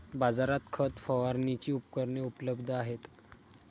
बाजारात खत फवारणीची उपकरणे उपलब्ध आहेत